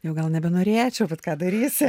jau gal nebenorėčiau bet ką darysi